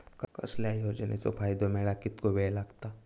कसल्याय योजनेचो फायदो मेळाक कितको वेळ लागत?